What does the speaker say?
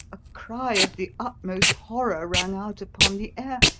a cry of the utmost horror rang out upon the air,